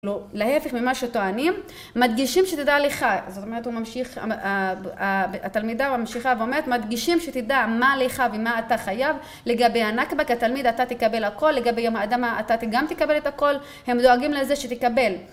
להפך ממה שטוענים. מדגישים שתדע לך, זאת אומרת הוא ממשיך, התלמידה ממשיכה ואומרת, מדגישים שתדע מה לך ומה אתה חייב, לגבי הנכבה כתלמיד אתה תקבל הכל, לגבי יום האדמה אתה גם תקבל את הכל, הם דואגים לזה שתקבל